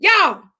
Y'all